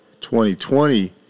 2020